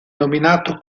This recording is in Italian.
nominato